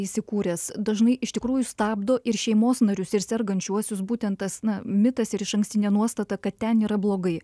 įsikūręs dažnai iš tikrųjų stabdo ir šeimos narius ir sergančiuosius būtent tas na mitas ir išankstinė nuostata kad ten yra blogai